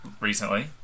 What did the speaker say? recently